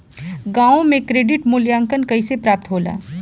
गांवों में क्रेडिट मूल्यांकन कैसे प्राप्त होला?